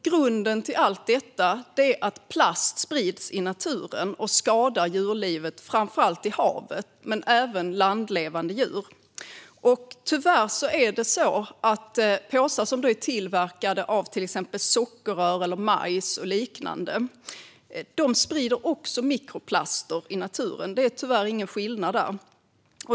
Grunden till allt detta är att plast sprids i naturen och skadar djurlivet. Det gäller framför allt djur i havet men även landlevande djur. Tyvärr är det så att påsar som är tillverkade av till exempel sockerrör, majs och liknande också sprider mikroplaster i naturen. Det är tyvärr ingen skillnad där.